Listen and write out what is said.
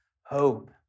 hope